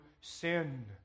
sin